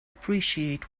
appreciate